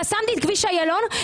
חסמתי את כביש איילון,